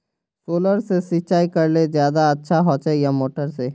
Solar से सिंचाई करले ज्यादा अच्छा होचे या मोटर से?